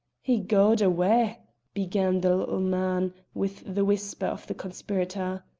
he ga'ed awa' began the little man, with the whisper of the conspirator.